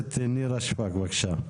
הכנסת נירה שפק, בבקשה.